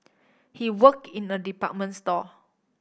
he work in a department store